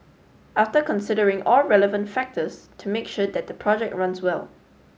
after considering all relevant factors to make sure that the project runs well